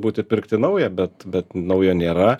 būti pirkti naują bet bet naujo nėra